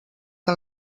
que